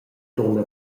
dunna